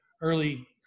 early